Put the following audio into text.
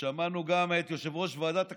ושמענו גם את יושב-ראש ועדת הכספים: